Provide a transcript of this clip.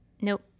Nope